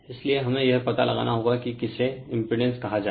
इसलिए हमें यह पता लगाना होगा कि किसे इम्पीडेन्स कहा जाए